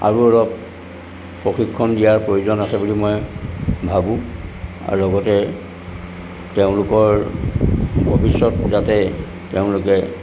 আৰু অলপ প্ৰশিক্ষণ দিয়াৰ প্ৰয়োজন আছে বুলি মই ভাবোঁ আৰু লগতে তেওঁলোকৰ ভৱিষ্যত যাতে তেওঁলোকে